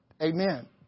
Amen